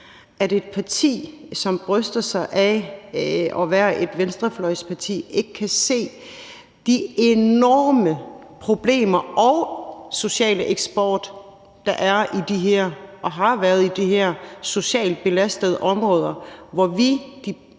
at et parti, som bryster sig af at være et venstrefløjsparti, ikke kan se de enorme problemer og den sociale eksport, der er og har været i de her socialt belastede områder. Hr.